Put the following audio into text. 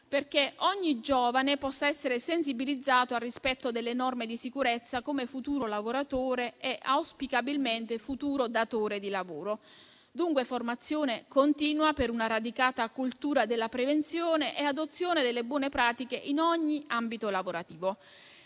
perché ogni giovane possa essere sensibilizzato al rispetto delle norme di sicurezza come futuro lavoratore e auspicabilmente futuro datore di lavoro. Dunque formazione continua per una radicata cultura della prevenzione e adozione delle buone pratiche in ogni ambito lavorativo.